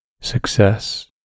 Success